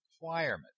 requirement